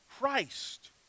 Christ